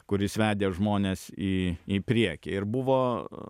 kuris vedė žmones į į priekį ir buvo